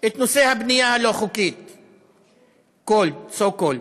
את נושא הבנייה הלא-חוקית, so called.